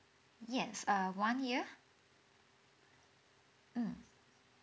yes err one year mm